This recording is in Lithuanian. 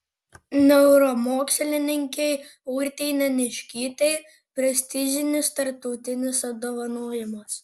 neuromokslininkei urtei neniškytei prestižinis tarptautinis apdovanojimas